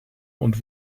und